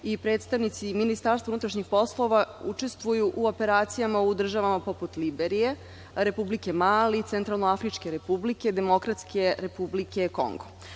i predstavnici MUP učestvuju u operacijama u državama poput Liberije, Republike Mali, Centralnoafričke Republike, Demokratske Republike Kongo.